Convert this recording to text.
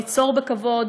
ליצור בכבוד,